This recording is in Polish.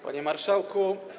Panie Marszałku!